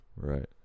Right